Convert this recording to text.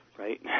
right